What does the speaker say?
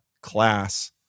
class